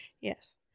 Yes